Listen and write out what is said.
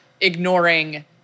ignoring